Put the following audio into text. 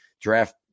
draft